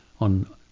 on